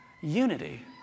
unity